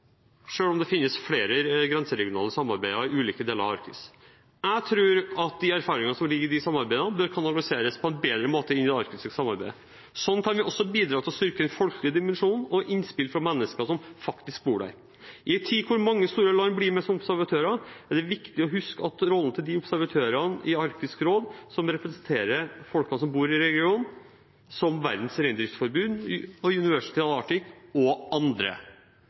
om det finnes flere grenseregionale samarbeider i ulike deler av Arktis. Jeg tror erfaringene som ligger i disse samarbeidene, bør kanaliseres på en bedre måte inn i det arktiske samarbeidet. Sånn kan vi også bidra til å styrke den folkelige dimensjonen og med innspill fra mennesker som faktisk bor der. I en tid da mange store land blir med som observatører, er det viktig å huske rollen til observatørene i Arktisk råd som representerer folkene som bor i regionen, som Verdens reindriftsforbund og University of the Arctic og andre.